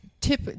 tip